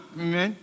Amen